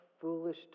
foolish